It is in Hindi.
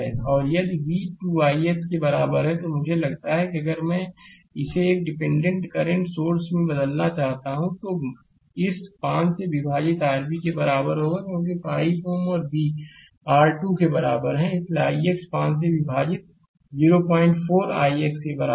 और यदि v 2 ix के बराबर है तो मुझे लगता है कि अगर मैं इसे एक डिपेंडेंट करंट सोर्स में बदलना चाहता हूं तो मैं इस 5 से विभाजित rv के बराबर होगा क्योंकि 5 Ω है और v r 2 के बराबर है ix 5 से विभाजित 04 ix के बराबर है